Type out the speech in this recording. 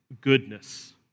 goodness